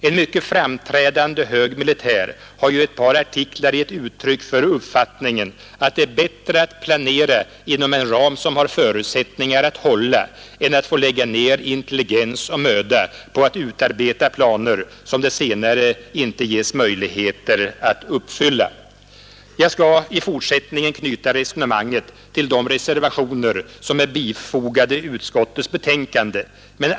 En mycket framträdande hög militär har ju i ett par artiklar gett uttryck för den uppfattningen att det är bättre att planera inom en ram som har förutsättningar att hålla än att få lägga ned intelligens och möda på att utarbeta planer som det senare inte ges möjligheter att uppfylla. Jag skall i fortsättningen knyta resonemangen till de reservationer som är bifogade utskottets betänkande.